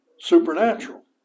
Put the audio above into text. supernatural